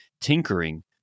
tinkering